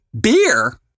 beer